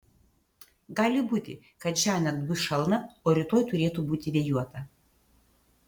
gali būti kad šiąnakt bus šalna o rytoj turėtų būti vėjuota